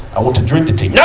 i went to drink the tea. yeah